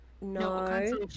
No